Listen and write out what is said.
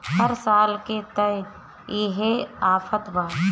हर साल के त इहे आफत बा